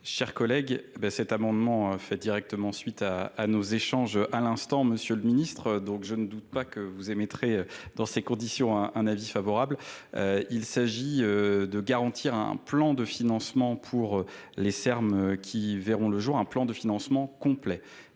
chers collègues cet amendement fait directement suite à nos échanges à l'instant monsieur le ministre donc je ne doute pas que vous émettez dans ces conditions un avis favorable il s'agit de garantir un plan de financement pour les termes qui verront le jour un plan de financement complet